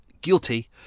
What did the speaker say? guilty